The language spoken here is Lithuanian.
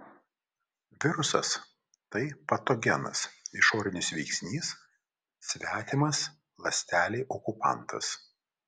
virusas tai patogenas išorinis veiksnys svetimas ląstelei okupantas